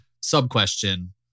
sub-question